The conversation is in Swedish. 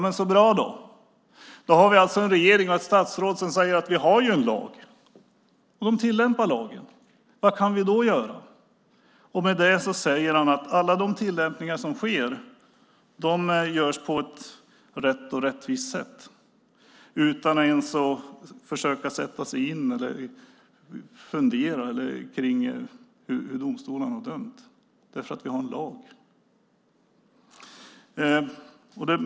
Men så bra då, då har vi alltså en regering och ett statsråd som säger att vi har en lag och att man tillämpar lagen. Vad kan vi då göra? Med det säger han att alla de tillämpningar som sker görs på ett rätt och rättvist sätt utan att han försöker sätta sig in i eller fundera kring hur domstolarna har dömt, bara för att vi har en lag.